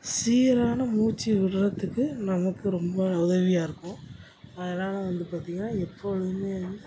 சீரான மூச்சு விட்டுறதுக்கு நமக்கு ரொம்ப உதவியாக இருக்கும் அதனால் வந்து பார்த்தீங்கன்னா எப்பொழுதுமே வந்து